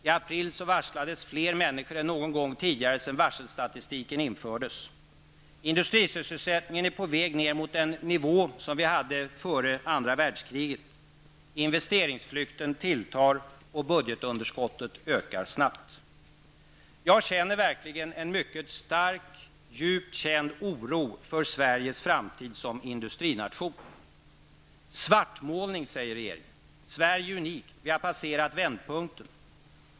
I april varslades fler människor än någon gång sedan varselstatistiken infördes. Industrisysselsättningen är på väg mot en nivå som vi hade före andra världskriget. Investeringsflykten tilltar. Budgetunderskottet ökar snabbt. Jag känner en mycket stark, djup oro för Sveriges framtid som industrination. Svartmålning, säger regeringen. Sverige är unikt! Vi har passerat vändpunkten!